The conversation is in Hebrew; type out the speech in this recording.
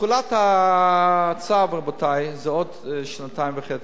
תחולת הצו היא בעוד שנתיים וחצי,